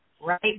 right